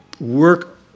work